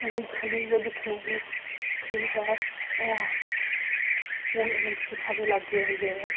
इ'नें खाल्ली उ'ऐ दिक्खने कि ठीक ऐ हून एम्स साढ़े लाग्गै आई गेदा ऐ